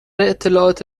اطلاعات